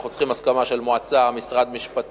אנחנו צריכים הסכמה של המועצה, משרד המשפטים,